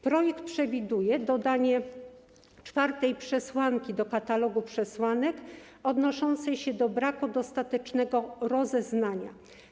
Projekt przewiduje dodanie czwartej przesłanki do katalogu przesłanek, odnoszącej się do braku dostatecznego rozeznania.